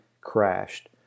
crashed